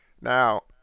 Now